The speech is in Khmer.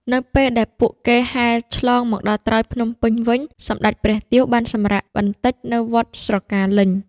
នៅពេលដែលពួកគេហែលឆ្លងមកដល់ត្រើយភ្នំពេញវិញ សម្តេចព្រះទាវបានសម្រាកបន្តិចនៅវត្តស្រកាលេញ។